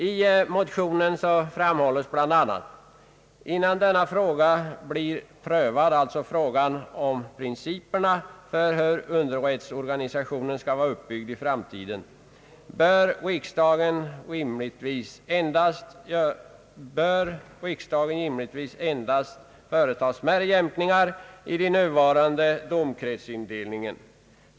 I motionen framhålles bl.a. i frågan om principerna för hur underrättsorganisationen skall vara uppbyggd i framtiden: »Innan denna fråga blir prövad av riksdagen bör rimligtvis endast smärre jämkningar i den nuvarande domkretsindelningen komma i fråga.